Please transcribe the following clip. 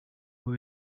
who